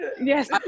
Yes